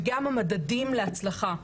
וגם הממדים להצלחה,